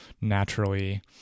naturally